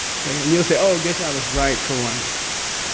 okay? and you'll say, oh geshela was right for once.